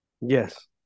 Yes